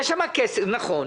נכון.